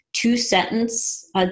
two-sentence